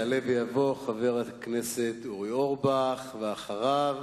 יעלה ויבוא חבר הכנסת אורי אורבך, ואחריו,